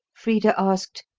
frida asked,